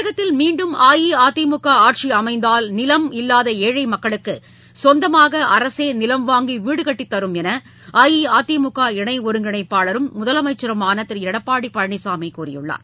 தமிழகத்தில் மீண்டும் அஇஅதிமுக ஆட்சி அமைந்தால் நிலம் இல்லாத ஏழை மக்களுக்கு சொந்தமாக அரசே நிலம் வாங்கி வீடுகட்டித் தரும் என்று அஇஅதிமுக இணை ஒருங்கிணைப்பாளரும் முதலமைச்சருமான திரு எடப்பாடி பழனிசாமி கூறியுள்ளார்